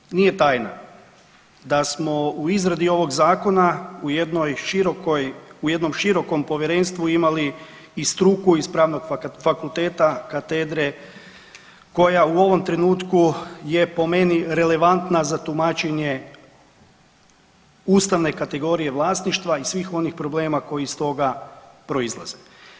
Dakle, nije tajna da smo u izradi ovog Zakona u jednom širokom povjerenstvu imali i struku iz Pravnog fakulteta, Katedre koja u ovom trenutku je po meni relevantna za tumačenje ustavne kategorije vlasništva i svih onih problema koji iz toga proizlaze.